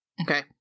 Okay